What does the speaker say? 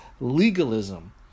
legalism